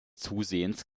zusehends